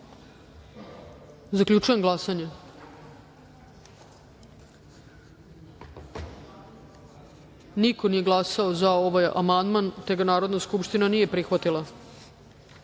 amandman. Zaključujem glasanje: niko nije glasao za ovaj amandman, te ga Narodna skupština nije prihvatila. Na